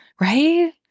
right